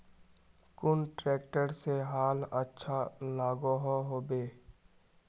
कुन ट्रैक्टर से हाल अच्छा लागोहो होबे?